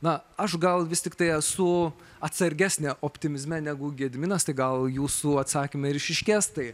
na aš gal vis tiktai esu atsargesnė optimizme negu gediminas tai gal jūsų atsakyme ir išryškės tai